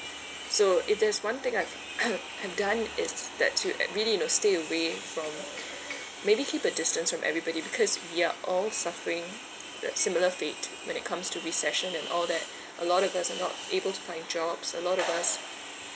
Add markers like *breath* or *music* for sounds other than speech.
so if there's one thing I've *coughs* I've done is that to really you know stay away from *breath* maybe keep a distance from everybody because we are all suffering uh similar fate when it comes to recession and all that a lot of us are not able to find jobs a lot of us